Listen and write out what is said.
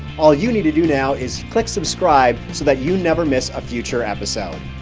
all you need to do now is click subscribe so that you never miss a future episode.